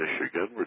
Michigan